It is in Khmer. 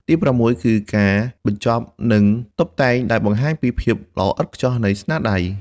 ទីប្រាំមួយគឺ ការបញ្ចប់ និងតុបតែងដែលបង្ហាញពី ភាពល្អឥតខ្ចោះនៃស្នាដៃ។